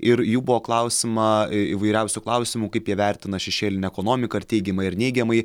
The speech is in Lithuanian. ir jų buvo klausiama i įvairiausių klausimų kaip jie vertina šešėlinę ekonomiką ar teigiamai ar neigiamai